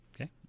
Okay